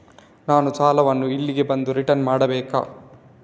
ನಾನು ಸಾಲವನ್ನು ಇಲ್ಲಿಗೆ ಬಂದು ರಿಟರ್ನ್ ಮಾಡ್ಬೇಕಾ?